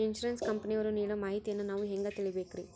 Insurance ಕಂಪನಿಯವರು ನೀಡೋ ಮಾಹಿತಿಯನ್ನು ನಾವು ಹೆಂಗಾ ತಿಳಿಬೇಕ್ರಿ?